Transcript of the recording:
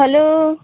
hello